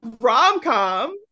rom-com